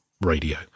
radio